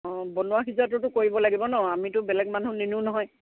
অঁ বনোৱা সিজোৱাটোতো কৰিব লাগিব নহ্ আমিতো বেলেগ মানুহ নিনিও নহয়